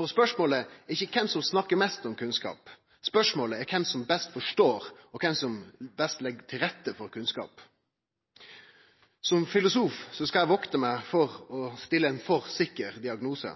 Spørsmålet er ikkje kven som snakkar mest om kunnskap, spørsmålet er kven som best forstår og kven som best legg til rette for kunnskap. Som filosof skal eg vakte meg for å stille ein for sikker diagnose,